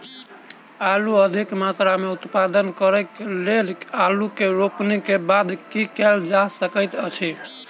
आलु अधिक मात्रा मे उत्पादन करऽ केँ लेल आलु केँ रोपनी केँ बाद की केँ कैल जाय सकैत अछि?